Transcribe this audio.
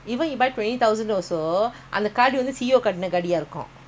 sometime you won't tell them only ten thousand ah full ah நீகட்டிஎடுத்துருக்கணும்:nee katti eduthurukkanum so I